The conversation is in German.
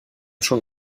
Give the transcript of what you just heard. schon